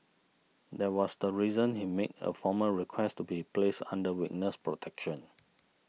that was the reason he made a formal request to be placed under witness protection